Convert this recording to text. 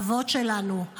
האבות שלנו,